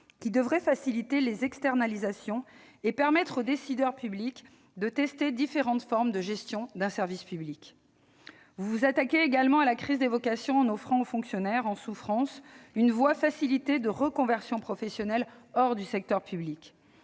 qui devrait faciliter les externalisations et permettre aux décideurs publics de tester différentes formes de gestion d'un service public. Vous vous attaquez également à la crise des vocations en offrant aux fonctionnaires en souffrance une voie facilitée de reconversion professionnelle hors du secteur public